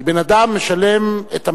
כי בן-אדם משלם את המסים,